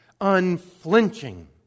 unflinching